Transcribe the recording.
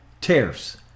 tariffs